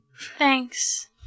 Thanks